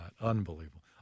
Unbelievable